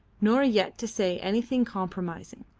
nor yet to say anything compromising.